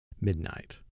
midnight